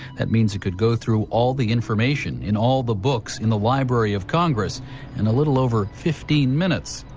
that means it could go through all the information in all the books. in the library of congress in a little over fifteen minutes.